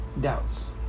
doubts